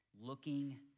looking